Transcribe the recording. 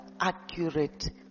accurate